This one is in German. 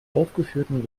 aufgeführten